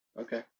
okay